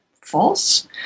False